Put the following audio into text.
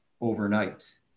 overnight